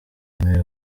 bwemewe